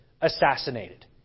assassinated